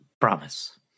Promise